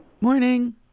Morning